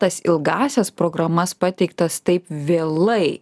tas ilgąsias programas pateiktas taip vėlai